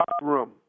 room